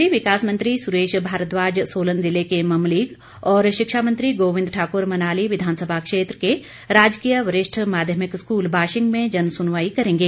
शहरी विकास मंत्री सुरेश भारद्वाज सोलन ज़िले के ममलीग और शिक्षा मंत्री गोविंद ठाकुर मनाली विधानसभा क्षेत्र के राजकीय वरिष्ठ माध्यमिक स्कूल बाशिंग में जनसुनवाई करेंगे